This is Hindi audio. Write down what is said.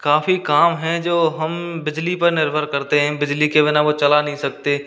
काफ़ी काम है जो हम बिजली पर निर्भर करते हैं बिजली के बिना वो चला नहीं सकते